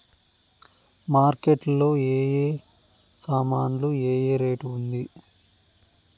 Market లో ఏ ఏ సామాన్లు ఏ ఏ రేటు ఉంది?